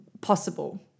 possible